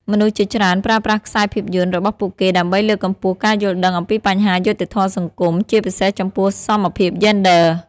មនុស្សជាច្រើនប្រើប្រាស់ខ្សែភាពយន្តរបស់ពួកគេដើម្បីលើកកម្ពស់ការយល់ដឹងអំពីបញ្ហាយុត្តិធម៌សង្គម ជាពិសេសចំពោះសមភាពយេនឌ័រ។